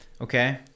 Okay